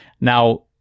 Now